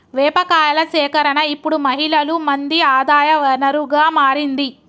వేప కాయల సేకరణ ఇప్పుడు మహిళలు మంది ఆదాయ వనరుగా మారింది